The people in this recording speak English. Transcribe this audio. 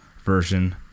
version